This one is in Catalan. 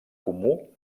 comú